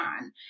on